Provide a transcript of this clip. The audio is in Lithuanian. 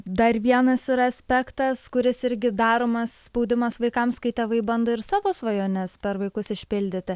dar vienas yra aspektas kuris irgi daromas spaudimas vaikams kai tėvai bando ir savo svajones per vaikus išpildyti